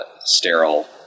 sterile